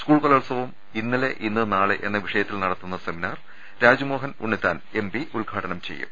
school കലോ ത്സവം ഇന്നലെ ഇന്ന് നാളെ എന്ന വിഷയത്തിൽ നടത്തുന്ന seminar Rajmohan Unnithan MP ഉദ്ഘാടനം ചെയ്യും